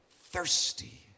thirsty